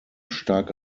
stark